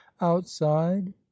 outside